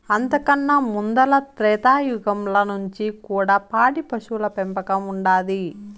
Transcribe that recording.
అంతకన్నా ముందల త్రేతాయుగంల నుంచి కూడా పాడి పశువుల పెంపకం ఉండాది